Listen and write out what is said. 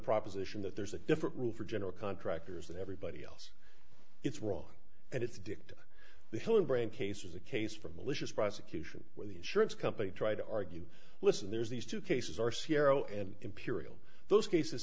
proposition that there's a different rule for general contractors than everybody else it's wrong and it's dicta the hillenbrand case is a case for malicious prosecution where the insurance company try to argue listen there's these two cases are cerro and imperial those cases